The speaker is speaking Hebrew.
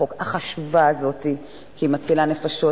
החוק החשובה הזאת כי היא מצילה נפשות.